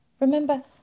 Remember